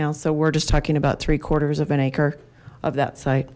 now so we're just talking about three quarters of an acre of that site